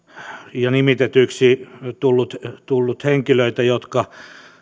ja nimitetyiksi tullut tullut henkilöitä jotka